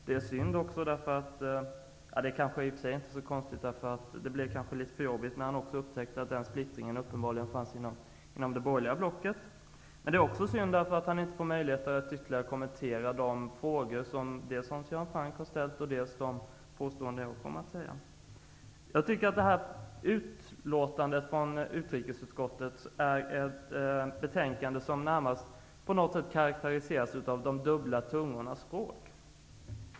Den andra anledningen är -- och det är kanske i och för sig inte så konstigt -- att det nog blev litet jobbigt när han upptäckte att den splittringen uppenbarligen finns inom det borgerliga blocket också. Det är också synd att Nic Grönvall inte får möjlighet att ytterligare kommentera de frågor som Hans Göran Franck har ställt och de påståenden som jag kommer att framföra. Utrikesutskottets betänkande karakteriseras av de dubbla tungornas språk.